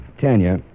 Tanya